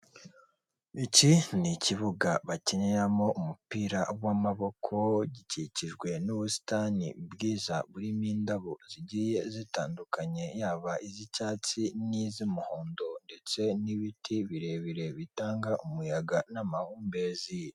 Iki ni ikibuga bakiniramo umupira w'amaboko, gikikijwe n'ubusitani bwiza burimo indabo zigiye zitandukanye yaba iz'icyatsi n'iz'umuhondo ndetse n'ibiti birebire bitanga umuyaga n'amahumbezi.